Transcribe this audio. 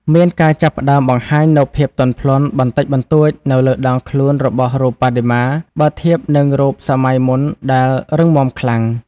មានការចាប់ផ្ដើមបង្ហាញនូវ ភាពទន់ភ្លន់ បន្តិចបន្តួចនៅលើដងខ្លួនរបស់រូបបដិមា បើធៀបនឹងរូបសម័យមុនដែលរឹងម៉ាំខ្លាំង។